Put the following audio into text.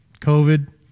COVID